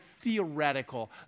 theoretical